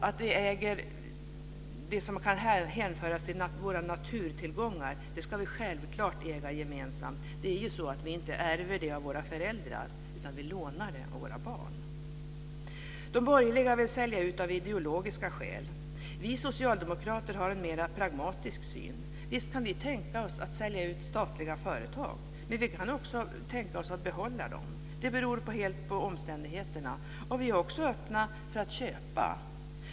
Det som kan hänföras till våra naturtillgångar ska vi självklart äga gemensamt. Vi ärver inte det av våra föräldrar, utan lånar det av våra barn. De borgerliga vill sälja ut av ideologiska skäl. Vi socialdemokrater har en mer pragmatisk syn. Visst, kan vi tänka oss att sälja ut statliga företag, men vi kan också tänka oss att behålla dem. Det beror helt på omständigheterna. Vi är också öppna för att köpa.